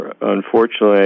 unfortunately